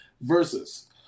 Versus